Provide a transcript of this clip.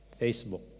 Facebook